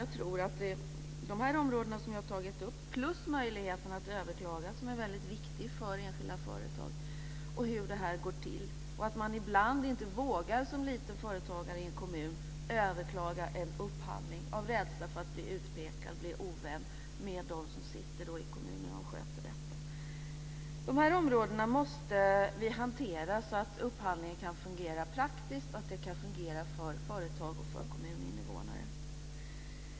Jag tror att de områden som jag har tagit upp liksom möjligheten att överklaga är viktiga för enskilda företag. Det är viktigt hur det här går till. Som liten företagare vågar man ibland inte överklaga en upphandling av rädsla för att bli utpekad, bli ovän med de som sitter i kommunen och sköter detta. De här områdena måste vi hantera så att upphandlingen kan fungera praktiskt och att det kan fungera för företag och kommuninvånare.